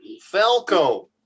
Falco